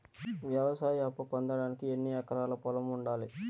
వ్యవసాయ అప్పు పొందడానికి ఎన్ని ఎకరాల పొలం ఉండాలి?